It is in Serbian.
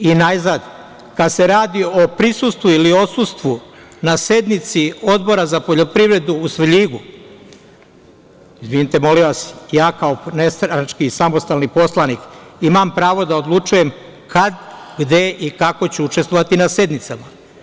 Najzad, kada se radi o prisustvu ili o odsustvu na sednici Odbora za poljoprivredu u Svrljigu, izvinite, molim vas, ja kao nestranački i samostalni poslanik ima pravom da odlučujem kada, gde i kako ću učestvovati na sednicama.